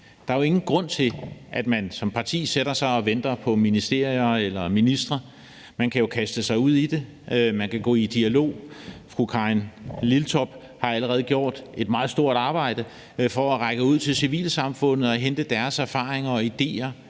Der er jo ingen grund til, at man som parti sætter sig og venter på ministerier eller ministre. Man kan jo kaste sig ud i det. Man kan gå i dialog. Fru Karin Liltorp har allerede gjort et meget stort arbejde for at række ud til civilsamfundet og hente deres erfaringer og idéer